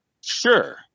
Sure